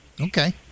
okay